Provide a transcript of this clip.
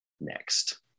next